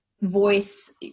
voice